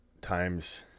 times